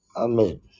amen